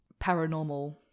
Paranormal